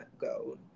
go